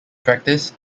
practice